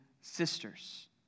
sisters